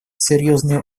серьезную